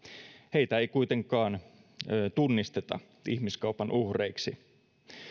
heitä ei kuitenkaan tunnisteta ihmiskaupan uhreiksi